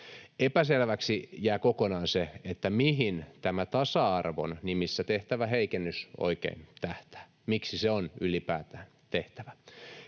Epäselväksi jää kokonaan se, mihin tämä tasa-arvon nimissä tehtävä heikennys oikein tähtää, miksi se on ylipäätään tehtävä.